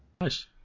Nice